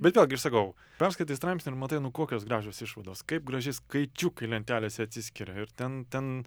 bet vėlgi aš sakau perskaitai straipsnį ir matai nu kokios gražios išvados kaip gražiai skaičiukai lentelėse atsiskiria ir ten ten